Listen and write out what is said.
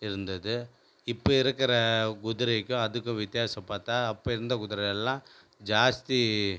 இருந்தது இப்போ இருக்கிற குதிரைக்கும் அதுக்கும் வித்தியாசம் பார்த்தா அப்போ இருந்த குதிரை எல்லா ஜாஸ்தி